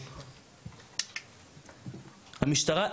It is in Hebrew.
המשטרה,